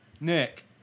Nick